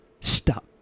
stop